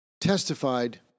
testified